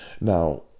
Now